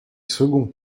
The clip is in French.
second